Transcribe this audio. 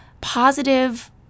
positive